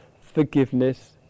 forgiveness